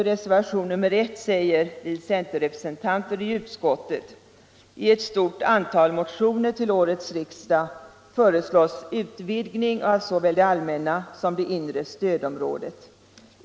I reservationen 1 säger vi centerrepresentanter i utskottet: ”I ett stort antal motioner till årets riksdag föreslås utvidgning av såväl det allmänna som det inre stödområdet.